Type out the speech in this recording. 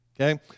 okay